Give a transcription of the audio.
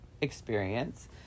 experience